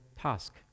task